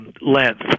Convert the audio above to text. length